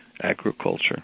agriculture